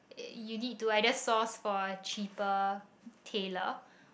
you need to either source for a cheaper tailor